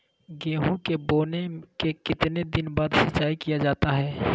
गेंहू के बोने के कितने दिन बाद सिंचाई किया जाता है?